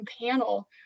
panel